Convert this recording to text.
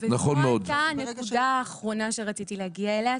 זו הייתה הנקודה האחרונה שרציתי להגיע אליה.